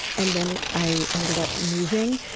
and then i ended up moving,